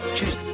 Choose